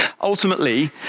Ultimately